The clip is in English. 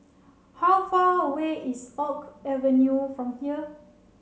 how far away is Oak Avenue from here